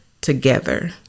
together